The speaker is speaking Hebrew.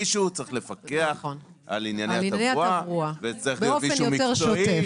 מישהו צריך לפקח על ענייני התברואה וזה צריך להיות מישהו מקצועי.